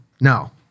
no